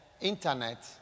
Internet